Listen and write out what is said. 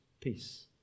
peace